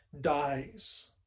dies